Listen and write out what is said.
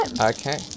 Okay